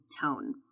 tone